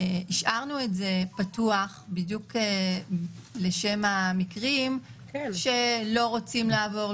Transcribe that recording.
השארנו את זה פתוח בדיוק לשם המקרים שלא רוצים לעבור,